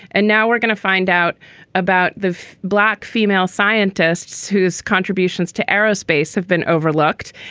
and now we're going to find out about the black female scientists whose contributions to aerospace have been overlooked.